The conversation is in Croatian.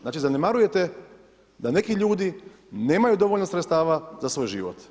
Znači zanemarujete da neki ljudi nemaju dovoljno sredstava za svoj život.